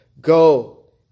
Go